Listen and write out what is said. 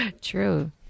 True